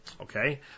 Okay